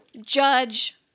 judge